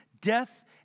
death